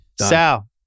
Sal